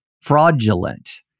fraudulent